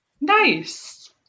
nice